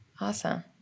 Awesome